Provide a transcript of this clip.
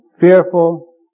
fearful